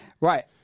Right